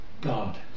God